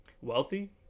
Wealthy